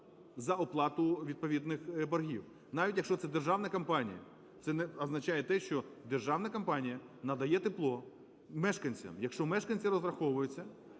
за оплату відповідних боргів, навіть якщо це державна компанія. Це означає те, що державна компанія надає тепло мешканцям. Якщо мешканці розраховуються,